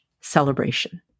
celebration